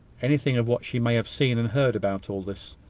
anything of what she may have seen and heard about all this.